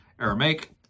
Aramaic